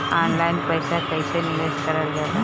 Online पईसा कईसे निवेश करल जाला?